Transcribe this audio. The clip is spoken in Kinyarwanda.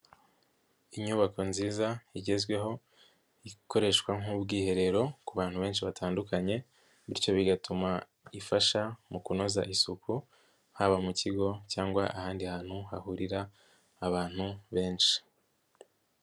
lnyubako nziza igezweho ikoreshwa nk'ubwiherero, ku bantu benshi batandukanye ,bityo bigatuma ifasha mu kunoza isuku, haba mu kigo cyangwa ahandi hantu hahurira abantu benshi.